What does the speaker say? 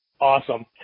Awesome